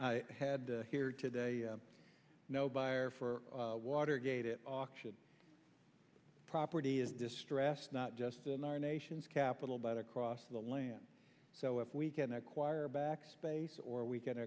i had here today no buyer for watergate it auction property is distressed not just in our nation's capital but across the land so if we can acquire back space or we can